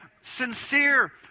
sincere